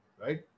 right